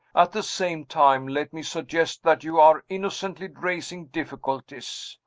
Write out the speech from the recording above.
at the same time, let me suggest that you are innocently raising difficulties,